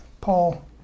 Paul